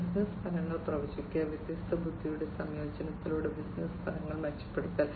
business ഫലങ്ങൾ പ്രവചിക്കുക വ്യത്യസ്ത ബുദ്ധിയുടെ സംയോജനത്തിലൂടെ ബിസിനസ്സ് ഫലങ്ങളിൽ മെച്ചപ്പെടുത്തൽ